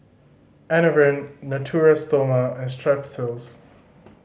Enervon Natura Stoma and Strepsils